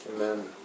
Amen